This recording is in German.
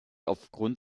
aufgrund